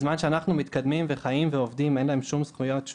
בזמן שאנחנו מתקדמים וחיים ועובדים אין להם שום זכויות,